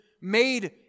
made